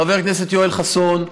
חבר הכנסת יואל חסון,